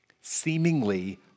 seemingly